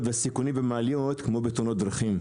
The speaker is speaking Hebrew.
והסיכונים במעליות כמו בתאונות דרכים.